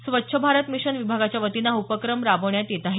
स्वच्छ भारत मिशन विभागाच्या वतीनं हा उपक्रम राबवण्यात येत आहे